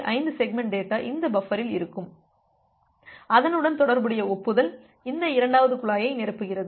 5 segment data இந்த பஃப்பரில் இருக்கும் அதனுடன் தொடர்புடைய ஒப்புதல் இந்த இரண்டாவது குழாயை நிரப்புகிறது